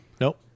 nope